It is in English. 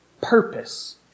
purpose